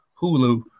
Hulu